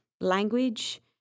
language